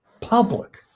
public